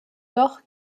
doch